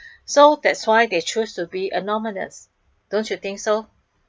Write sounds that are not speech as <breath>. <breath> so that's why they choose to be anonymous don't you think so